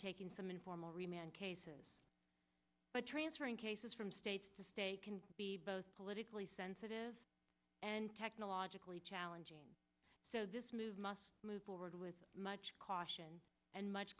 taking some informal remand cases but transferring cases from state to state can be both politically sensitive and technologically challenging so this move must move forward with much caution and much